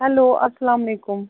hello السلام علیکُم